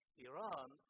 Iran